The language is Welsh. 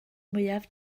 mwyaf